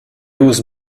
was